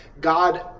God